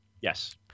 Yes